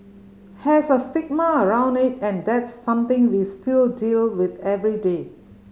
has a stigma around it and that's something we still deal with every day